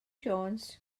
jones